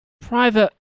private